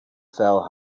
fell